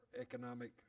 economic